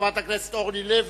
חברת הכנסת אורלי לוי,